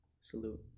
Salute